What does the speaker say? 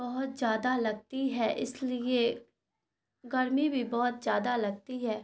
بہت زیادہ لگتی ہے اس لیے گرمی بھی بہت زیادہ لگتی ہے